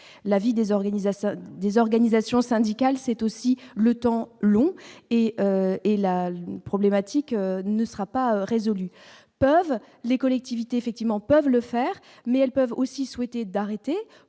des organisations syndicales, c'est aussi le temps long et et la problématique ne sera pas résolu peuvent les collectivités effectivement peuvent le faire, mais elles peuvent aussi souhaiter d'arrêter